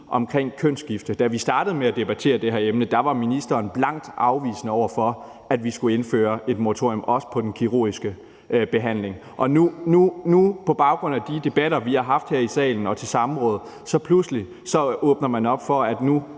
omkring kønsskifte. Da vi startede med at debattere det her emne, var ministeren blankt afvisende over for, at vi skulle indføre et moratorium, også for den kirurgiske behandling, og nu, på baggrund af de debatter, vi har haft her i salen og til samråd, åbner man pludselig op for, at nu